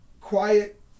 quiet